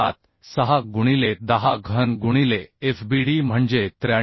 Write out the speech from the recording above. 76 गुणिले 10 घन गुणिले FbD म्हणजे 93